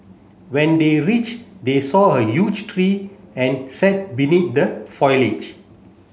when they reach they saw a huge tree and sat beneath the foliage